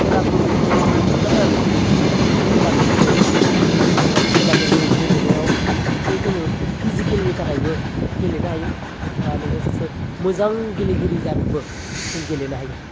खेलाखौ जोङो खेलाखौ जोङो दा जेनबा खेलाखौ जोङो गेलेनायाव बिखौ जोङो फिजिकेलनि थाखायबो गेलेनो हायो बा नोङो सासे मोजां गेलेगिरि जानोबो जों गेलेनो हायो